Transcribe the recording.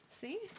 See